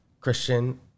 Christian